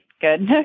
Good